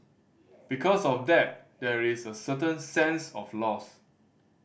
because of that there is a certain sense of loss